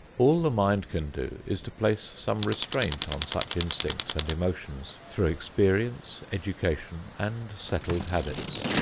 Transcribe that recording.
all the mind can do is to place some restraint on such instincts and emotions through experience, education and settled habits.